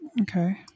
Okay